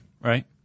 right